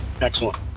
Excellent